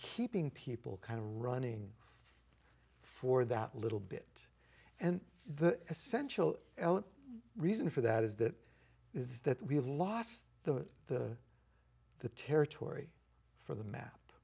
keeping people kind of running for that little bit and the essential reason for that is that is that we have lost the the the territory for the map